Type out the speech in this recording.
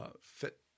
fit